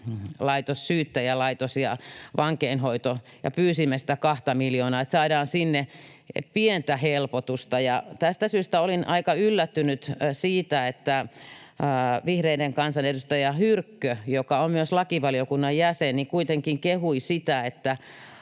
syyttäjälaitokseen ja vankeinhoitoon ja pyysimme sitä kahta miljoonaa, että saadaan sinne pientä helpotusta. Tästä syystä olin aika yllättynyt siitä, että vihreiden kansanedustaja Hyrkkö, joka on myös lakivaliokunnan jäsen, kuitenkin kehui sitä, että